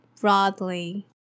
broadly